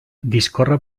discorre